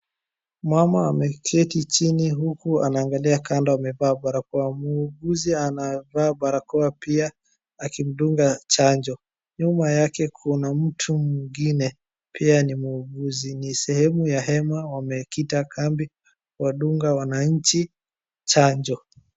Mama ameketi chini huku anaangalia kando amevaa barakoa. Muuguzi anavaa barakoa pia akimdunga chanjo. Nyuma yake kuna mtu mwingine pia ni muuguzi. Ni sehemu ya hema wamekita kambi kuwadunga wananchi chanjo.